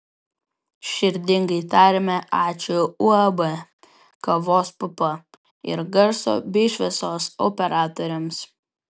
širdingai tariame ačiū uab kavos pupa ir garso bei šviesos operatoriams